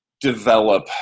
develop